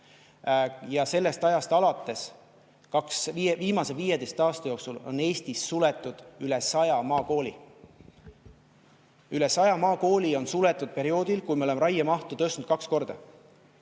Ja sellest ajast alates, viimase 15 aasta jooksul on Eestis suletud üle 100 maakooli. Üle 100 maakooli on suletud perioodil, kui me oleme raiemahtu tõstnud kaks korda.